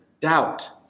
doubt